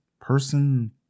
person